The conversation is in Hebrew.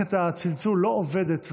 מערכת הצלצול לא עובדת,